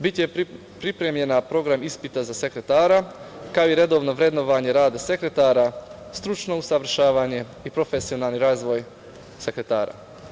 Biće pripremljen program ispita za sekretara, kao i redovno vrednovanje rada sekretara, stručno usavršavanje i profesionalni razvoj sekretara.